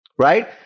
right